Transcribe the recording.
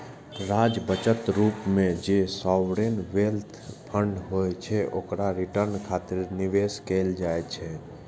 राज्यक बचत रूप मे जे सॉवरेन वेल्थ फंड होइ छै, ओकरा रिटर्न खातिर निवेश कैल जाइ छै